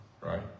right